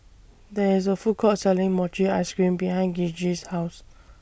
There IS A Food Court Selling Mochi Ice Cream behind Gigi's House